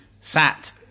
sat